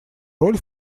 роль